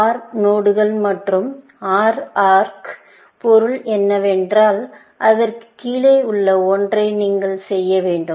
OR node மற்றும் OR ஆா்க் பொருள் என்னவென்றால் அதற்குக் கீழே உள்ள ஒன்றை நீங்கள் செய்ய வேண்டும்